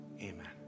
amen